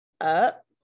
up